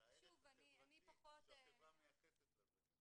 על ההרס החברתי שהחברה מייחסת לזה.